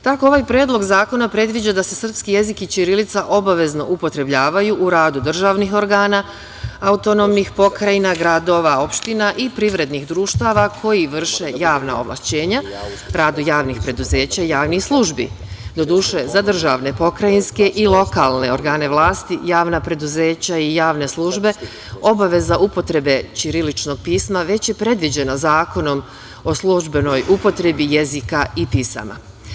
Tako ovaj Predlog zakona predviđa da se srpski jezik i ćirilica obavezno upotrebljavaju u radu državnih organa, autonomnih pokrajina, gradova, opština i privrednih društava koji vrše javna ovlašćenja, radu javnih preduzeća, javnih službi, doduše za državne, pokrajinske i lokalne organe vlasti javna preduzeća i javne službe obaveza upotrebe ćiriličnog pisma već je predviđeno zakonom o službenoj upotrebi jezika i pisama.